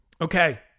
Okay